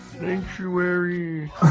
Sanctuary